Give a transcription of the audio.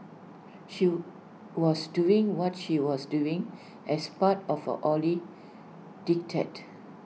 she was doing what she was doing as part of A holy diktat